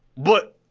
but,